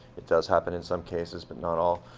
it does happen in some cases but not all,